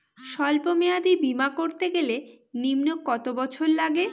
সল্প মেয়াদী বীমা করতে গেলে নিম্ন কত বছর লাগে?